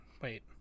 Wait